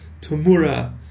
Tamura